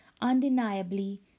Undeniably